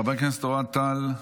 חבר הכנסת אוהד טל,